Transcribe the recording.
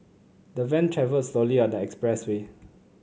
the van travelled slowly on the expressway